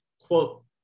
quote